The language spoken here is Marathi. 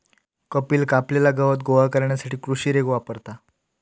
कपिल कापलेला गवत गोळा करण्यासाठी कृषी रेक वापरता